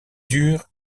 dure